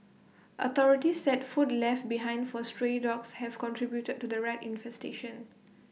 authorities said food left behind for stray dogs have contributed to the rat infestation